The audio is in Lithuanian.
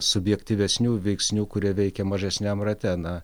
subjektyvesnių veiksnių kurie veikė mažesniam rate na